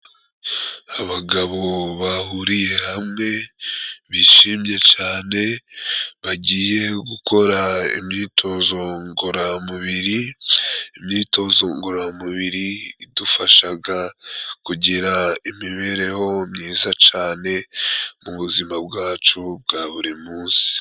Abagabo bahuriye hamwe bishimye cane, bagiye gukora imyitozo ngororamubiri. Imyitozo ngororamubiri idufashaga kugira imibereho myiza cane, mu buzima bwacu bwa buri munsi.